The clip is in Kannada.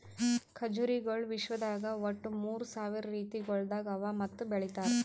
ಖಜುರಿಗೊಳ್ ವಿಶ್ವದಾಗ್ ಒಟ್ಟು ಮೂರ್ ಸಾವಿರ ರೀತಿಗೊಳ್ದಾಗ್ ಅವಾ ಮತ್ತ ಬೆಳಿತಾರ್